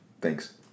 Thanks